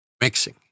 mixing